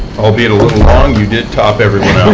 albeit a little long, you did top everyone